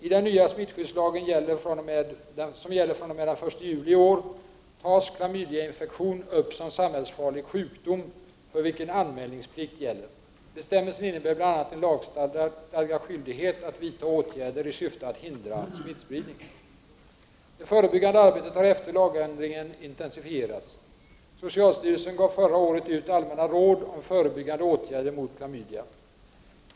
I den nya smittskyddslagen som gäller fr.o.m. den 1 juli i år tas klamydiainfektion upp som samhällsfarlig sjukdom för vilken anmälningsplikt gäller. Bestämmelsen innebär bl.a. en lagstadgad skyldighet att vidta åtgärder i syfte att hindra smittspridning. Det förebyggande arbetet har efter lagändringen intensifierats. Socialstyrelsen gav förra året ut allmänna råd om förebyggande åtgärder mot klamydia.